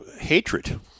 hatred